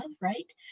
right